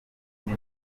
indi